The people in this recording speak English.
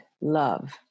love